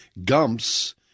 gumps